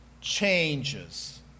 changes